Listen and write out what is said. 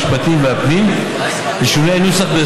המשפטים והפנים ולשינויי נוסח,